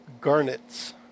garnets